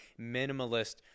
minimalist